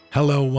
Hello